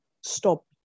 Stop